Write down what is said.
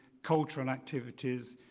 cultural activities,